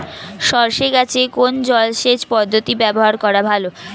সরষে গাছে কোন জলসেচ পদ্ধতি ব্যবহার করা ভালো?